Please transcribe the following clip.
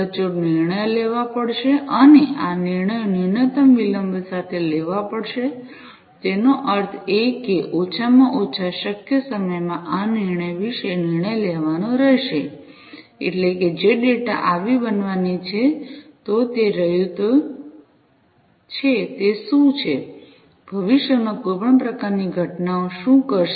સચોટ નિર્ણયો લેવા પડશે અને આ નિર્ણયો ન્યૂનતમ વિલંબ સાથે લેવા પડશે તેનો અર્થ એ કે ઓછામાં ઓછા શક્ય સમયમાં આ નિર્ણય વિશે નિર્ણય લેવાનો રહેશે એટલે કે જે ડેટા આવી બનવાની છે તો તે રહ્યો છે તે શું છે ભવિષ્યમાં કોઈ પણ પ્રકારની ઘટનાશું કરશે